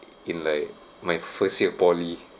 in like my first year poly